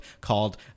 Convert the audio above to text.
called